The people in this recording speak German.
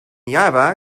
java